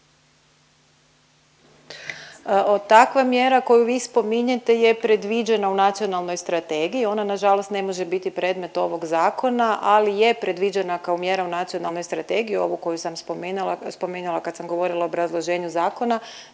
takva mjera koju vi spominjete je predviđena u nacionalnoj strategiji, ona nažalost ne može biti predmet ovog Zakona, ali je predviđena kao mjera u nacionalnoj strategiji, ovu koju sam spominjala kad sam govorila o obrazloženju zakona,